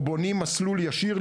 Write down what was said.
או בונים מסלול ישיר,